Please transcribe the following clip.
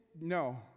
No